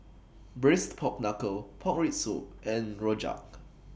Braised Pork Knuckle Pork Rib Soup and Rojak